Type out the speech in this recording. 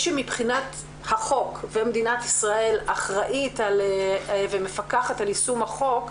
שמבחינת החוק במדינת ישראל אחראית ומפקחת על יישום החוק,